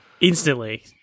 Instantly